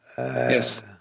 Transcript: Yes